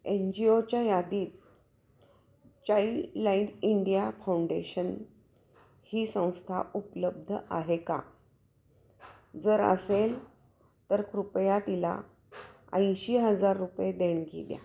N जी ओच्या यादीत चाइल्डलाइन इंडिया फाउंडेशन ही संस्था उपलब्ध आहे का जर असेल तर कृपया तिला ऐंशी हजार रुपये देणगी द्या